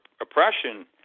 oppression